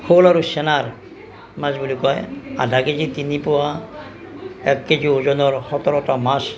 শ'ল আৰু চেনাৰ মাছ বুলি কয় আধা কেজি তিনি পোৱা এক কেজি ওজনৰ সোতৰটা মাছ